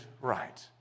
right